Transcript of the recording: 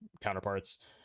counterparts